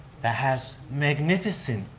that has magnificent